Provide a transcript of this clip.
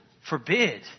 forbid